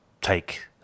take